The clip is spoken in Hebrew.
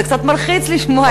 זה קצת מלחיץ לשמוע את הדברים,